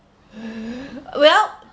well